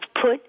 put